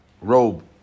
robe